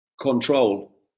control